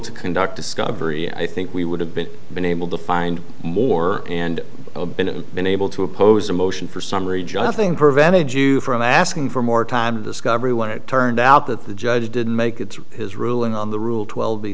to conduct discovery i think we would have been been able to find more and been able to oppose a motion for summary just thing prevented you from asking for more time discovery when it turned out that the judge didn't make it through his ruling on the rule twelve